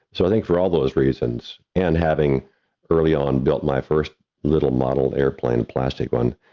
so, i think for all those reasons, and having early on built my first little model airplane plastic one,